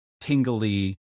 tingly